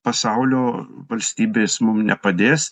pasaulio valstybės mum nepadės